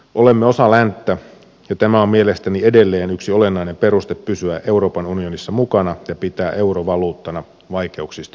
olemme osa länttä ja tämä on mielestäni edelleen yksi olennainen peruste pysyä euroopan unionissa mukana ja pitää euro valuuttana vaikeuksista huolimatta